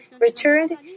returned